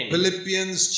Philippians